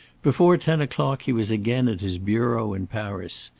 before ten o'clock he was again at his bureau in paris.